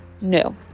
No